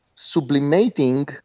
sublimating